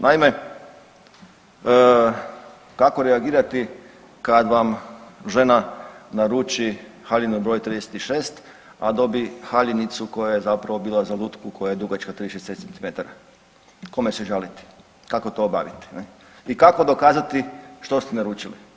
Naime, kako reagirati kad vam žena naruči haljinu br. 36, a dobi haljinicu koja je zapravo bila za lutku koja je dugačka 36 centimetara, kome se žaliti, kako to obaviti ne i kako dokazati što ste naručili?